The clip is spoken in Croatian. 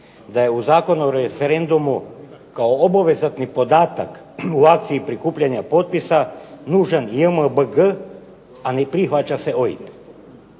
da je u Zakon o referendumu kao obvezatni podatak u akciji prikupljanja potpisa nužan JMBG a ne prihvaća se OIB?